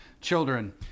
children